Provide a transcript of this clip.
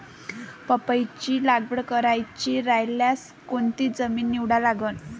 पपईची लागवड करायची रायल्यास कोनची जमीन निवडा लागन?